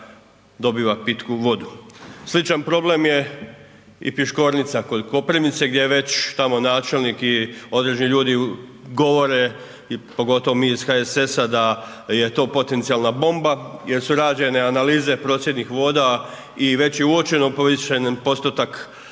dobiva pitku vodu. Sličan problem je i Piškornica kod Koprivnice, gdje već tamo načelnik i određeni ljudi govore, pogotovo mi iz HSS-a da je to potencijalna bomba jer su rađene analize procjednih voda i već je uočen povišeni postotak